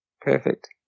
Perfect